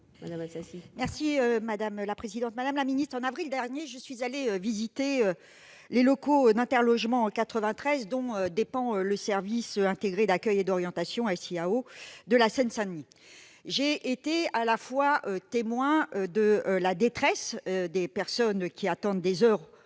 et du logement. Madame la ministre, en avril dernier, je suis allée visiter les locaux d'Interlogement 93, dont dépend le service intégré de l'accueil et de l'orientation- ou SIAO -de la Seine-Saint-Denis. J'ai été témoin de la détresse à la fois des personnes qui attendent des heures